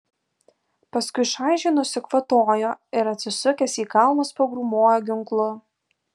paskui šaižiai nusikvatojo ir atsisukęs į kalnus pagrūmojo ginklu